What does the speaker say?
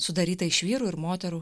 sudaryta iš vyrų ir moterų